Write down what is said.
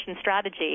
strategy